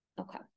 Okay